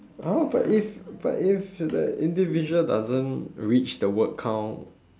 !huh! but if but if the individual doesn't reach the word count